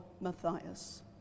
Matthias